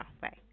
Bye